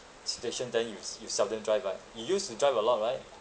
situation then you you seldom drive right you used to drive a lot right